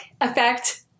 effect